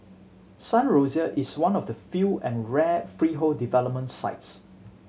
Sun Rosier is one of the few and rare freehold development sites